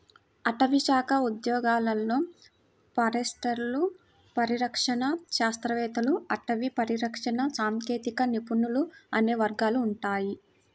అటవీశాఖ ఉద్యోగాలలో ఫారెస్టర్లు, పరిరక్షణ శాస్త్రవేత్తలు, అటవీ పరిరక్షణ సాంకేతిక నిపుణులు అనే వర్గాలు ఉంటాయి